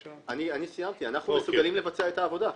אני סיימתי, אנחנו מסוגלים לבצע את העבודה.